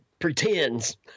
pretends